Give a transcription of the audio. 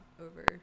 over